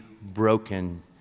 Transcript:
broken